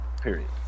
period